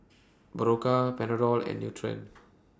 Berocca Panadol and Nutren